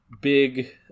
big